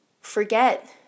forget